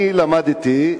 למדתי,